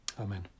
Amen